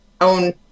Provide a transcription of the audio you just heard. own